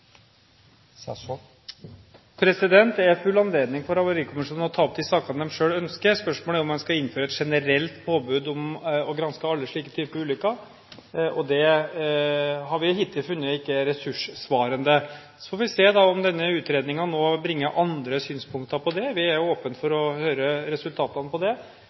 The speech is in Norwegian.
er full anledning for Havarikommisjonen til å ta opp de sakene som de selv ønsker. Spørsmålet er om det skal innføres et generelt påbud om å granske alle slike typer ulykker. Det har vi hittil ikke funnet ressurssvarende. Så får vi se om denne utredningen nå bringer andre synspunkter på dette. Vi er åpen for å høre resultatene av det.